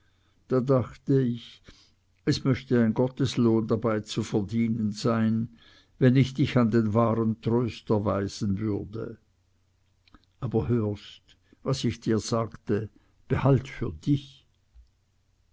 da dachte ich es möchte ein gotteslohn dabei zu verdienen sein wenn ich dich an den wahren tröster weisen würde aber hörst was ich dir sagte behalt für dich